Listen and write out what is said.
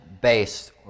based